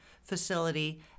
Facility